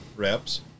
reps